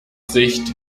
sicht